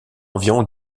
environ